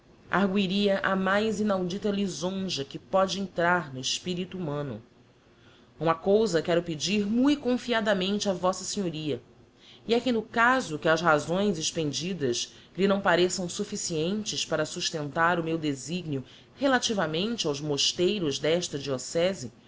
bossuet arguiria a mais inaudita lisonja que póde entrar no espirito humano uma cousa quero pedir mui confiadamente a v s a e é que no caso que as razões expendidas lhe não pareçam sufficientes para sustentar o meu designio relativamente aos mosteiros d'esta diocese